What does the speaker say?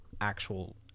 actual